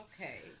Okay